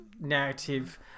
narrative